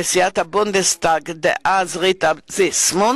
נשיאת הבונדסטאג דאז ריטה זיסמוט